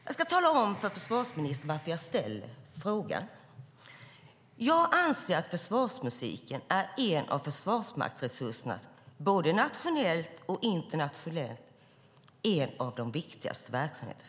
Jag ska tala om för försvarsministern varför jag ställer frågan. Jag anser att försvarsmusiken är en av Försvarsmaktens viktigaste verksamheter, både nationellt och internationellt.